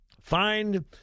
Find